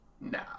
No